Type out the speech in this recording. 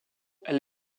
elle